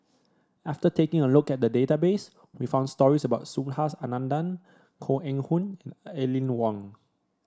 after taking a look at database we found stories about Subhas Anandan Koh Eng Hoon and Aline Wong